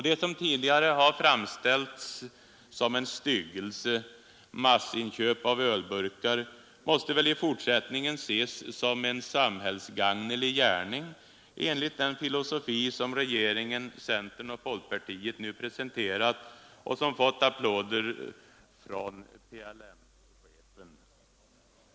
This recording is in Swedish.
Det som tidigare framställts som en styggelse, massinköp av ölburkar, måste väl i fortsättningen ses som en samhällsgagnelig gärning, enligt den filosofi som regeringen, centern och folkpartiet nu presenterat och som fått applåder för från PLM-chefen.